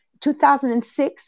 2006